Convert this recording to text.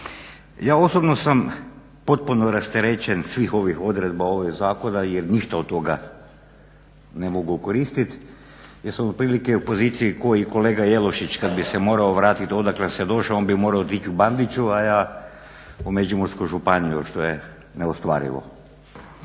Ja osobno sam potpuno rasterećen svih ovih odredba ovog zakona jer ništa od toga ne mogu koristiti jer sam otprilike u poziciji kao i kolega Jelušić kad bih se morao vratiti odakle sam došao on bi morao otići Bandiću, a ja u Međimursku županiju što je neostvarivo.